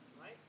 Right